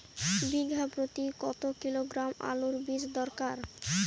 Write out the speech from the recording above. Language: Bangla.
বিঘা প্রতি কত কিলোগ্রাম আলুর বীজ দরকার?